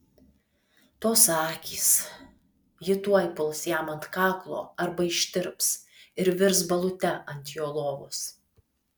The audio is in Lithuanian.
tos akys ji tuoj puls jam ant kaklo arba ištirps ir virs balute ant jo lovos